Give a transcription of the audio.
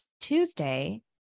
Tuesday